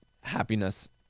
happiness